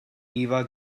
eva